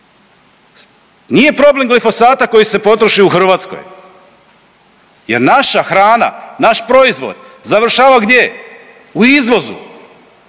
Nije problem glifosata koji se potroši u Hrvatskoj jer naša hrana, naš proizvod završava gdje? U izvozu,